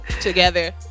together